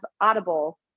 audible